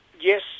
Yes